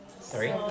Three